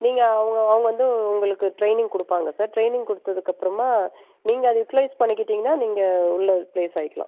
நீங்கள் அவங்க அவங்க வந்து உங்களுக்கு ட்ரைனிங் கொடுப்பாங்க சார் ட்ரைனிங் கொடுத்ததுக்கு அப்புறமா நீங்கள் யுட்டிலைஸ் பண்ணிக்கிட்டீங்கன்னா நீங்கள் உள்ளே ப்ளேஸ் ஆகிக்கிலாம்